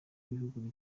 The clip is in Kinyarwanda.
bihugu